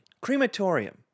Crematorium